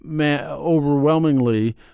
overwhelmingly